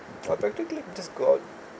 I practically just go out